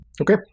Okay